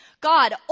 God